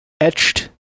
etched